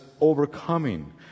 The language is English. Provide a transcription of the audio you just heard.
overcoming